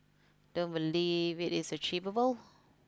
don't believe it is achievable